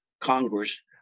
Congress